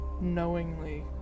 knowingly